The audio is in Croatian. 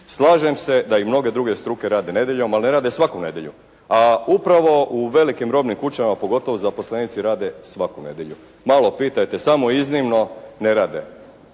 Slažem se da i mnoge druge struke rade nedjeljom, ali ne rade svaku nedjelju. A upravo u velikim robnim kućama pogotovo zaposlenici rade svaku nedjelju. Malo pitajte samo iznimno ne rade.